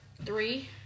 three